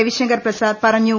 രവി ശങ്കർ പ്രസാദ് പറഞ്ഞു